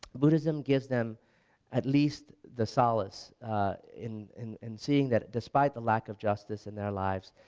buddhism gives them at least the solace in in and seeing that despite the lack of justice in their lives,